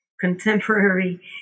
contemporary